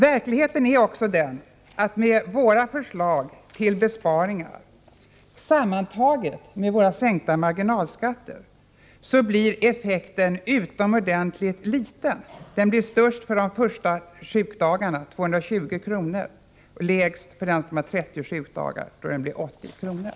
Verkligheten är också den att med våra förslag till besparingar, tillsammans med våra förslag om sänkta marginalskatter, blir effekten utomordentligt liten 1988. Den blir störst för de första sjukdagarna, dvs. 220 kr., och lägst för dem som har 30 sjukdagar eller mer, nämligen 80 kr.